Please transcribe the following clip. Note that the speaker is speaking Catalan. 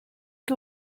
que